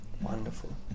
Wonderful